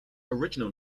original